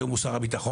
היום הוא שר הביטחון,